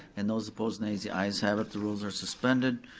and those opposed nay, the ayes have it, the rules are suspended.